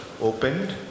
opened